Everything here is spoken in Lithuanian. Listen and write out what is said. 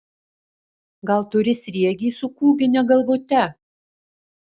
gal turi sriegį su kūgine galvute